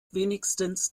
wenigstens